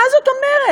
מה זאת אומרת?